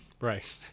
Right